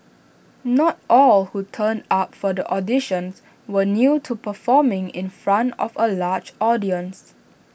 not all who turned up for the auditions were new to performing in front of A large audience